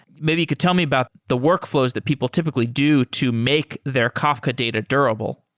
maybe you could tell me about the workflows that people typically do to make their kafka data durable